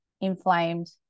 inflamed